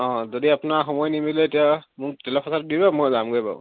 অঁ যদি আপোনাৰ সময় নিমিলে এতিয়া মোক তেলৰ খৰচটো দি দিব মই যামগৈ বাৰু